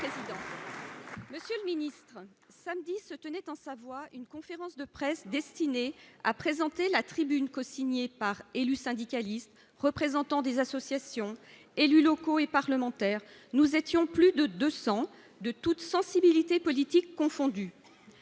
Monsieur le Ministre, samedi se tenait en Savoie, une conférence de presse destinée à présenter la tribune cosignée par élus, syndicalistes, représentants des associations, élus locaux et parlementaires, nous étions plus de 200 de toutes sensibilités politiques confondues,